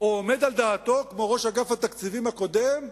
או עומד על דעתו, כמו ראש אגף התקציבים הקודם,